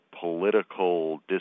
political